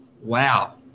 wow